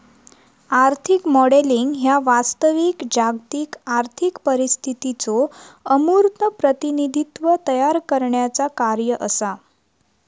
आर्थिक मॉडेलिंग ह्या वास्तविक जागतिक आर्थिक परिस्थितीचो अमूर्त प्रतिनिधित्व तयार करण्याचा कार्य असा